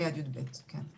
ה'-י"ב, כן.